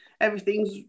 everything's